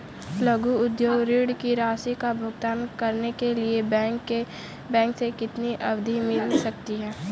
लघु उद्योग ऋण की राशि का भुगतान करने के लिए बैंक से कितनी अवधि मिल सकती है?